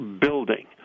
building